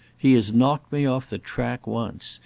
he has knocked me off the track once.